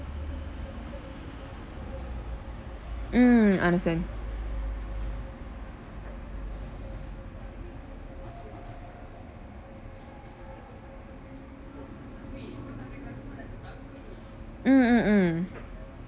mm understand mm mm mm